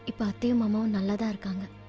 bathroom um ah and and like and